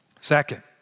Second